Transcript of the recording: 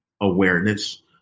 awareness